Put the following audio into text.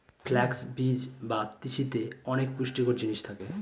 flux বীজ বা তিসিতে অনেক পুষ্টিকর জিনিস থাকে